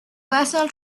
personal